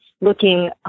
looking